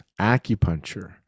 Acupuncture